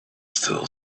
still